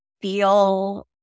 feel